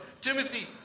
Timothy